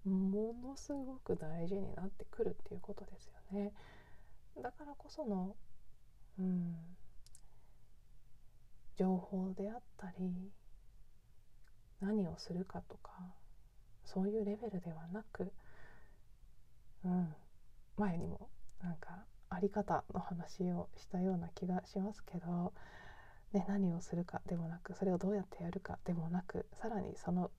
ものすごく大事になってくるっていうことですよね。だからこその、うん、情報であったり、何をするかとか、そういうレベルではなく、うん、前にもなんかあり方の話をしたような気がしますけど、ね、何をするかでもなく、それをどうやってやるかでもなく、さらにその